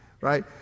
right